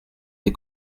des